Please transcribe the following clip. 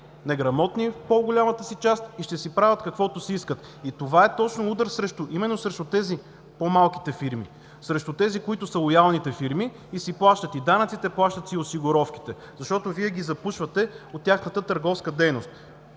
неграмотни в по-голямата си част, и ще си правят каквото си искат. Това е точно удар именно срещу по-малките фирми, срещу тези, които са лоялните фирми и си плащат и данъците, плащат си и осигуровките, защото Вие ги запушвате от тяхната търговска дейност,